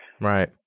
Right